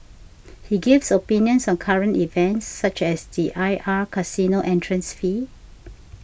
he gives opinions on current events such as the I R casino entrance fee